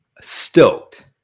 stoked